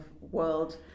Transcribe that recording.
world